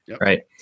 Right